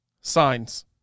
Signs